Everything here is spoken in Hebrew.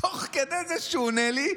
ותוך כדי שהוא עונה לי,